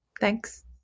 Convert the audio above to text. Thanks